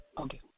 Okay